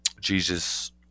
Jesus